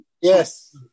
Yes